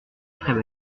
très